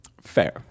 fair